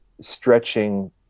stretching